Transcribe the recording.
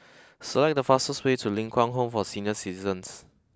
select the fastest way to Ling Kwang Home for Senior Citizens